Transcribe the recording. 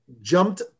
jumped